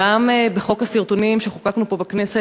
גם בחוק הסרטונים שחוקקנו פה בכנסת,